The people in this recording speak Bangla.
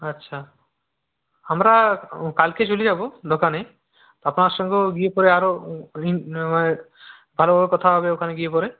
আচ্ছা আমরা কালকে চলে যাব দোকানে আপনার সঙ্গেও গিয়ে পরে আরও মানে আরও কথা হবে ওখানে গিয়ে পরে